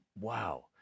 Wow